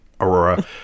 Aurora